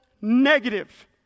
negative